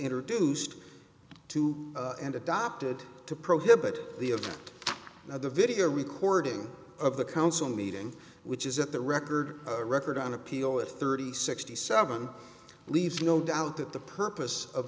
introduced to and adopted to prohibit the event of the video recording of the council meeting which is at the record record on appeal at thirty sixty seven leaves no doubt that the purpose of